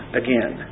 again